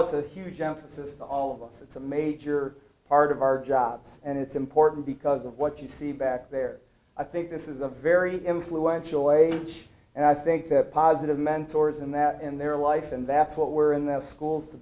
it's a huge emphasis on all of us that's a major part of our jobs and it's important because of what you see back there i think this is a very influential a church and i think that positive mentors in that in their life and that's what we're in their schools to